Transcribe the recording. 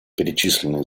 перечисленные